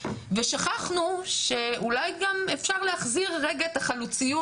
ושכחנו שאולי גם אפשר להחזיר רגע את החלוציות